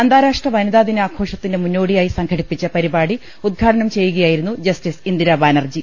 അന്താരാഷ്ട്ര വനിതാ ദിനാഘോഷത്തിന്റെ മുന്നോ ടിയായി സംഘടിപ്പിച്ച പരിപാടി ഉദ്ഘാടനം ചെയ്യുകയായിരുന്നു ജസ്റ്റിസ് ഇന്ദിരാ ബാനർജി